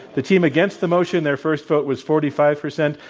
the team against the motion, their first vote was forty five percent,